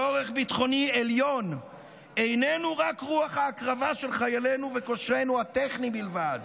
צורך ביטחוני עליון איננו רק רוח ההקרבה של חיילינו וכושרנו הטכני בלבד,